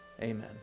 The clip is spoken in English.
Amen